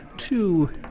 Two